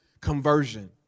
conversion